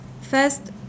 First